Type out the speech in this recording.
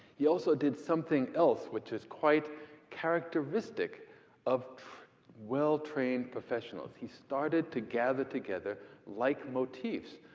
he also did something else, which is quite characteristic of well-trained professionals. he started to gather together like motifs,